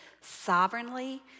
sovereignly